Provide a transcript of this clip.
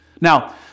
Now